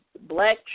black